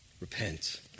Repent